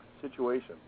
situation